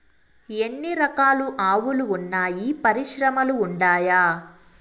ఎన్ని రకాలు ఆవులు వున్నాయి పరిశ్రమలు ఉండాయా?